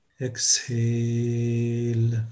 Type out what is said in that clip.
Exhale